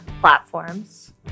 platforms